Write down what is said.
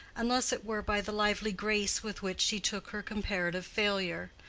unless it were by the lively grace with which she took her comparative failure.